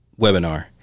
webinar